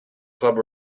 club